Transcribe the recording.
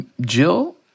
Jill